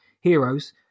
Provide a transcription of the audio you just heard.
heroes